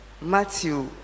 Matthew